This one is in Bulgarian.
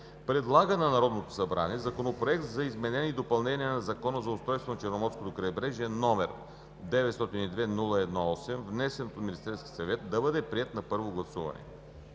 предлага на Народното събрание Законопроект за изменение и допълнение на Закона за устройството на Черноморското крайбрежие, № 902-01-8, внесен от Министерския съвет, да бъде приет на първо гласуване.“